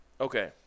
okay